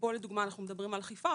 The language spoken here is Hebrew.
כאן לדוגמה אנחנו מדברים על אכיפה,